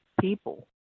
people